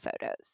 photos